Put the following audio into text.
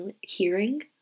hearing